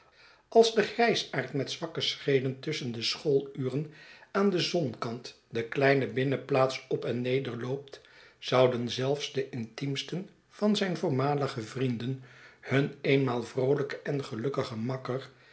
als de grijsaard met zwakke schreden tusschen de schooluren aan den zonkant de kleine binnenplaats op en neder loopt zouden zelfs de intiemsten van zijn voormalige vrienden hun eenmaal vroolijken en gelukkigen makker